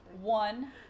One